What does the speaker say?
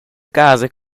casa